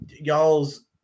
y'all's